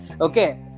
Okay